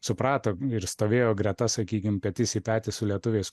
suprato ir stovėjo greta sakykim petys į petį su lietuviais